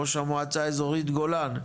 ראש המועצה האזורית גולן,